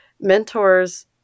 mentors